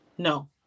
no